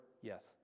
Yes